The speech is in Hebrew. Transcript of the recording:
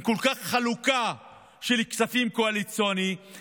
עם כל כך הרבה חלוקה של כספים קואליציוניים,